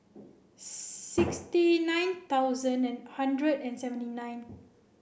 sixty nine thousand and hundred and seventy nine